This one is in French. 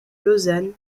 lausanne